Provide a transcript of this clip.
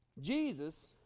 Jesus